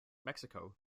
mexico